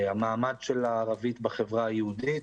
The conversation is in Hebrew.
המעמד של הערבית בחברה היהודית.